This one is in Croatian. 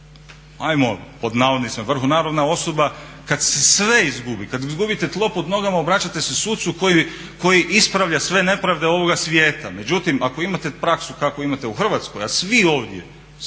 ajmo pod navodnicima "vrhonarodna osoba" kad se sve izgubi, kad izgubite tlo pod nogama obraćate se sucu koji ispravlja sve nepravde ovoga svijeta. Međutim, ako imate praksu kakvu imate u Hrvatskoj, a svi ovdje